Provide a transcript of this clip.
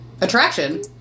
Attraction